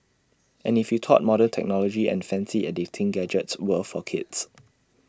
and if you thought modern technology and fancy editing gadgets were for kids